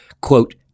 quote